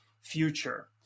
future